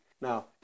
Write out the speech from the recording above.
Now